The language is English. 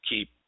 keep